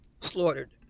slaughtered